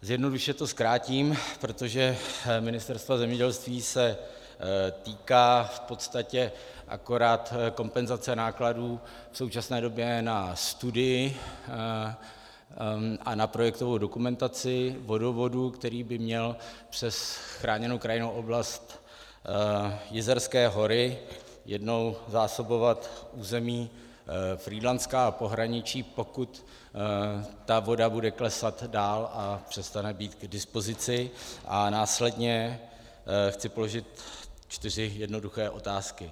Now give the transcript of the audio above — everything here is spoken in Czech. Jednoduše do zkrátím, protože Ministerstva zemědělství se týká v podstatě akorát kompenzace nákladů v současné době na studii a na projektovou dokumentaci vodovodu, který by měl přes chráněnou krajinnou oblast Jizerské hory jednou zásobovat území Frýdlantska a pohraničí, pokud ta voda bude klesat dál a přestane být k dispozici, a následně chci položit čtyři jednoduché otázky.